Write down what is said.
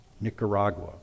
Nicaragua